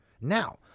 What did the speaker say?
Now